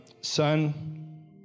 son